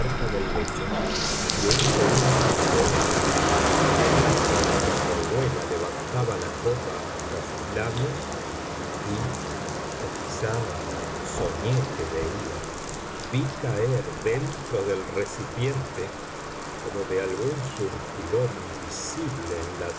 del lecho y un segundo después en el acto en que rowena levantaba la copa hasta sus labios vi o quizá soñé que veía vi caer dentro del recipiente como de algún surtidor invisible en la